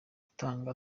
gutanga